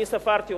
אני ספרתי,